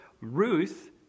Ruth